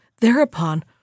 Thereupon